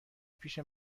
پیش